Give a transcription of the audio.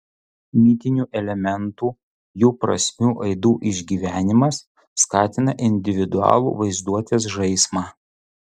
mitinių elementų jų prasmių aidų išgyvenimas skatina individualų vaizduotės žaismą